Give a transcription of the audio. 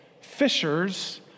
Fishers